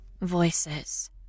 Voices